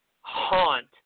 Haunt